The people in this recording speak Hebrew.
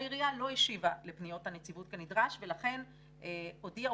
העירייה לא השיבה לפניות הנציבות כנדרש ולכן הודיעה